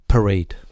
Parade